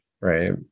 right